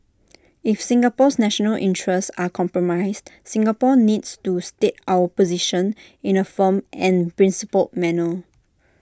if Singapore's national interests are compromised Singapore needs to state our position in A firm and principled manner